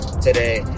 today